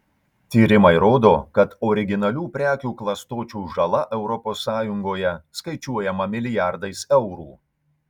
tyrimai rodo kad originalių prekių klastočių žala europos sąjungoje skaičiuojama milijardais eurų